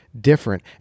different